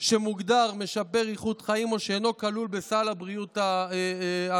שמוגדר משפר איכות חיים או שאינו כלול בסל הבריאות הממלכתי.